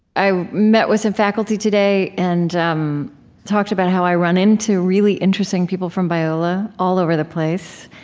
i met with some faculty today and um talked about how i run into really interesting people from biola all over the place.